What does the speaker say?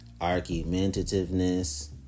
argumentativeness